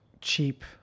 Cheap